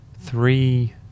three